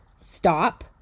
stop